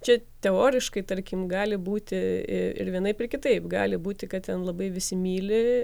čia teoriškai tarkim gali būti ir vienaip ar kitaip gali būti kad ten labai visi myli